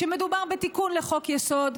כשמדובר בתיקון לחוק-יסוד,